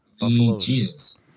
Jesus